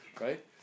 Right